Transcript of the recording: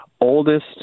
Oldest